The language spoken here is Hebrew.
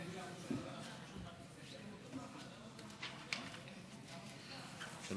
הצעת החוק הזאת היא המשך ישיר להצעות חוק נוספות מבית היוצר של